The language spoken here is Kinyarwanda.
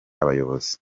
abayobozi